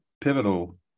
pivotal